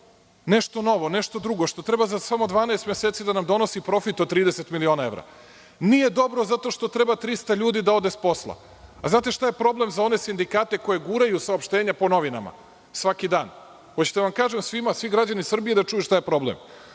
nešto novo, nešto drugo što treba za samo 12 meseci da nam donosi profit od 30 miliona evra. Nije dobro zato što treba 300 ljudi da ode sa posla. Znate šta je problem za one sindikate koji guraju saopštenja po novinama svaki dan. Hoćete da vam kažem svima, da čuju svi građani Srbije šta je problem.